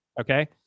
okay